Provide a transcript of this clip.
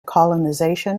colonisation